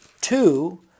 Two